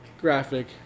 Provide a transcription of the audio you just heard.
Graphic